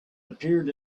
appeared